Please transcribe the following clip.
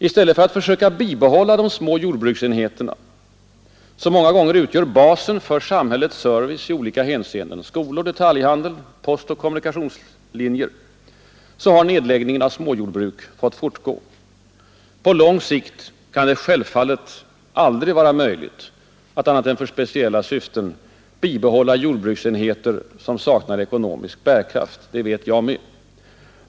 I stället för att söka bibehålla de små jordbruksenheterna, som många gånger utgör basen för samhällets service i olika hänseenden — skolor, detaljhandel, post och kommunikationslinjer — har man låtit nedläggningen av småjordbruk fortgå. På lång sikt kan det självfallet aldrig vara möjligt att annat än för speciella syften bibehålla jordbruksenheter som saknar ekonomisk bärkraft. Det vet jag också.